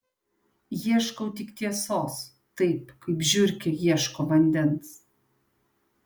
ieškau tik tiesos taip kaip žiurkė ieško vandens